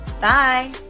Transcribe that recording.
Bye